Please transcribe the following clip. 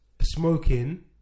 smoking